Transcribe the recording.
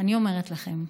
אני אומרת לכם,